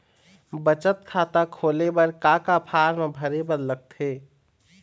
बचत खाता खोले बर का का फॉर्म भरे बार लगथे?